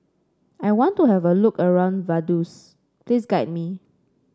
I want to have a look around Vaduz please guide me